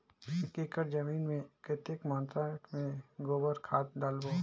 एक एकड़ जमीन मे कतेक मात्रा मे गोबर खाद डालबो?